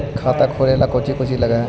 खाता खोले में कौचि लग है?